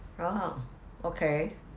oh okay